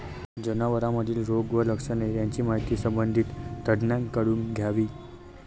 जनावरांमधील रोग व लक्षणे यांची माहिती संबंधित तज्ज्ञांकडून घ्यावी